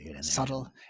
subtle